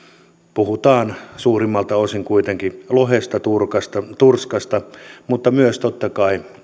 puhutaan suurimmalta osin kuitenkin lohesta turskasta turskasta mutta myös totta kai